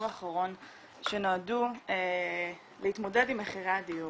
האחרון שנועדו להתמודד עם מחירי הדיור.